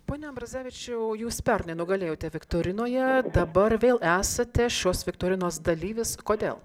pone ambrazevičiau jūs pernai nugalėjote viktorinoje dabar vėl esate šios viktorinos dalyvis kodėl